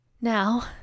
Now